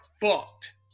fucked